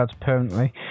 permanently